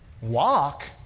Walk